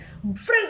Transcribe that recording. friends